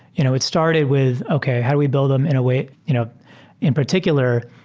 you know it started with okay, how do we build them in a way you know in particular,